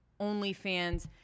OnlyFans